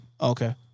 Okay